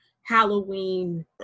Halloween